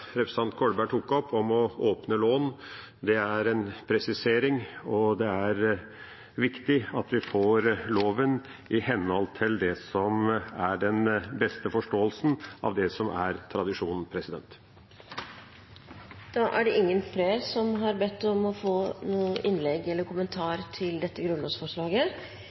Kolberg tok opp, om «å åpne lån», er en presisering. Det er viktig at vi får loven i henhold til det som er den beste forståelsen av tradisjonen. Flere har ikke bedt om ordet til grunnlovsforslag 11. Grunnlovsforslag 28 er